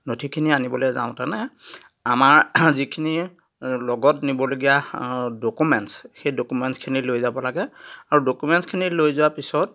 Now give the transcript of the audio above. নথিখিনি আনিবলে যাওঁতে নে আমাৰ যিখিনি লগত নিবলগীয়া ডক্যুমেণ্টছ সেই ডক্যুমেণ্টছখিনি লৈ যাব লাগে আৰু ডক্য়ুমেণ্টছখিনি লৈ যোৱাৰ পিছত